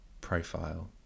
profile